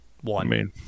one